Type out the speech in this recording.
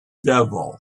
devil